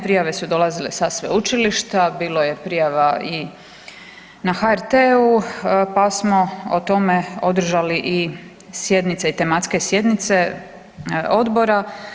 Prijave su dolazile sa sveučilišta, bilo je prijava i na HRT-u pa smo o tome održali i sjednice i tematske sjednice odbora.